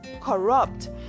corrupt